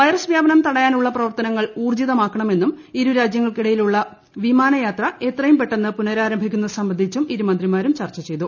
virus വ്യാപനം തടയാൻ ഉള്ള പ്രവർത്തനങ്ങൾ ഊർജ്ജിതമാകണമെന്നും ഇരു രാജൃങ്ങൾക്കിടയിൽ ഉള്ള വിമാന യാത്ര എത്രെയും പെട്ടന്ന് പുനരാരംഭിക്കുന്നത് സംബന്ധിച്ചും ഇരുമന്ത്രിമാരും ചർച്ച ചെയ്തു